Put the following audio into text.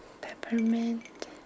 peppermint